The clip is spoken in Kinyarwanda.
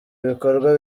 ibikorwa